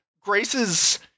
Grace's